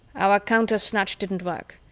our counter-snatch didn't work.